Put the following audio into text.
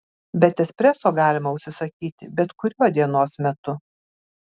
bet espreso galima užsisakyti bet kuriuo dienos metu